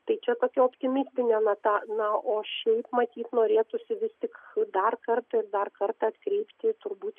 tai čia tokia optimistiėe nata na o šiaip matyt norėtųsi vis tik dar kartą dar kartą atkreipti turbūt